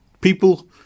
People